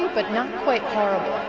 but not quite horrible.